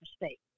mistake